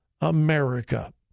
America